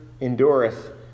endureth